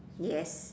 yes